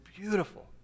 beautiful